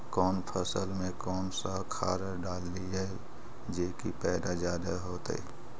कौन फसल मे कौन सा खाध डलियय जे की पैदा जादे होतय?